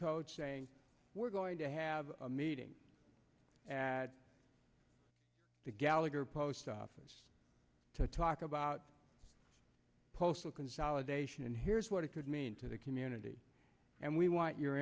code saying we're going to have a meeting at the gallagher post office to talk about postal consolidation and here's what it could mean to the community and we want your